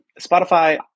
Spotify